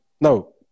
No